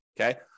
okay